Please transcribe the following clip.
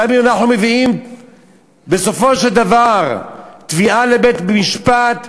גם אם אנחנו מביאים בסופו של דבר תביעה לבית-משפט,